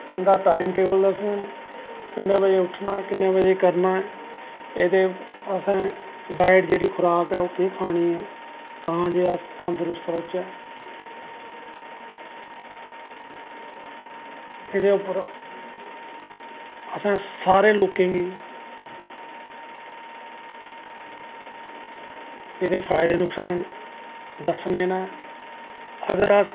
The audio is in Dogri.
इंदा टैम टेवल दस्सन किन्ने बज़े उट्ठना किन्नें बड़े करना एह्दी डाईट जेह्ड़ी खुराक असें केह् खानी ऐ तां जे अस तंदरुस्त रौह्चै एह्दे उप्पर असें सारें लोकें गी एह्दे फायदे नुक्सान दस्सने न अगर अस